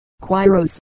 Quiros